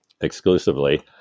exclusively